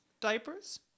diapers